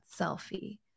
selfie